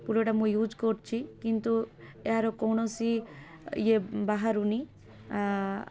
ପୁରାଟା ମୁଁ ୟୁଜ୍ କରୁଛିି କିନ୍ତୁ ଏହାର କୌଣସି ଇଏ ବାହାରୁନି